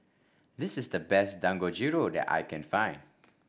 this is the best Dangojiru that I can find